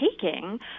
taking